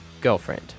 girlfriend